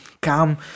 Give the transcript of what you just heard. come